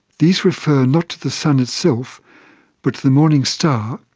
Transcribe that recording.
these refer not to the sun itself but to the morning star,